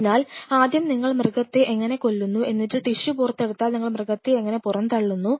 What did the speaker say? അതിനാൽ ആദ്യം നിങ്ങൾ മൃഗത്തെ എങ്ങനെ കൊല്ലുന്നു എന്നിട്ട് ടിഷ്യു പുറത്തെടുത്താൽ നിങ്ങൾ മൃഗത്തെ എങ്ങനെ പുറന്തള്ളുന്നു